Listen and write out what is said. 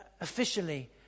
officially